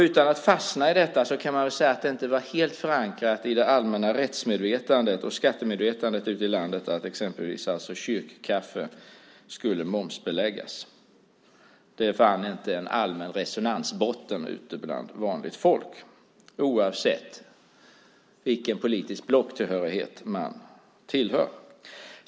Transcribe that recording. Utan att fastna i detta kan man ändå säga att det inte var helt förankrat i det allmänna rättsmedvetandet och skattemedvetandet ute i landet att exempelvis kyrkkaffe skulle momsbeläggas. Det fann inte en allmän resonansbotten bland vanligt folk oavsett vilken politisk blocktillhörighet man har.